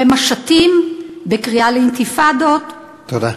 במשטים, בקריאה לאינתיפאדות, תודה.